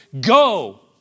go